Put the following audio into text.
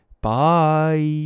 Bye